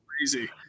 crazy